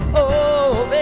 oh.